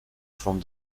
from